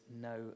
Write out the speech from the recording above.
no